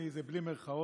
זה בלי מירכאות,